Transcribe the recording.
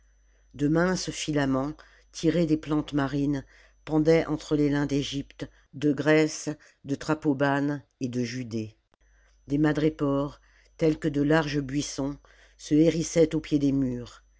de minces filaments tirés des plantes marines pendaient entre les lins d'egypte de grèce de taprobane et de judée des madrépores tels que de larges buissons se hérissaient au pied des murs